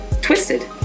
twisted